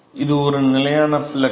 இது ஒரு நிலையான ஃப்ளக்ஸ்